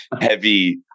heavy